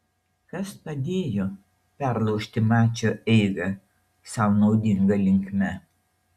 kas padėjo perlaužti mačo eigą sau naudinga linkme